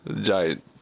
giant